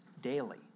daily